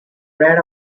read